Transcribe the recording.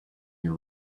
your